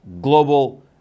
global